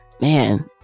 man